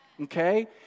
Okay